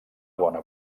bona